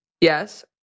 Yes